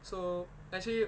so actually